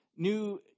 New